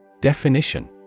Definition